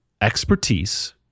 expertise